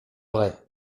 vrai